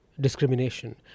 discrimination